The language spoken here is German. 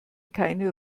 keine